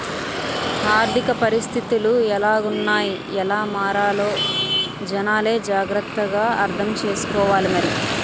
ఆర్థిక పరిస్థితులు ఎలాగున్నాయ్ ఎలా మారాలో జనాలే జాగ్రత్త గా అర్థం సేసుకోవాలి మరి